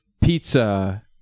Pizza